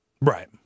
Right